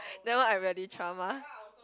that one I really trauma